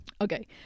Okay